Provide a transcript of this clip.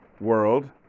world